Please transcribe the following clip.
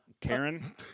karen